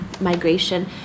migration